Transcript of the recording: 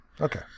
Okay